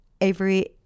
Avery